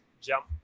jump